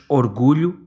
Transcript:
orgulho